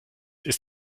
ist